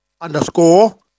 underscore